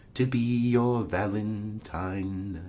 to be your valentine.